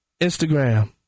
Instagram